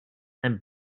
and